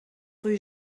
rue